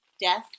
Death